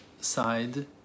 side